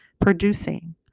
producing